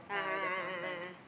a'ah a'ah a'ah